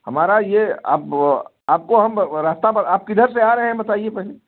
हमारा ये अब आपको हम रास्ता आप किधर से आ रहे हैं बताइए पहले